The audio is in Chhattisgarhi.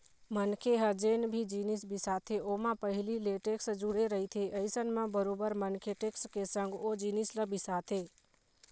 मनखे ह जेन भी जिनिस बिसाथे ओमा पहिली ले टेक्स जुड़े रहिथे अइसन म बरोबर मनखे टेक्स के संग ओ जिनिस ल बिसाथे